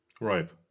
Right